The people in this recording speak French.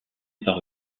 par